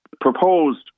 proposed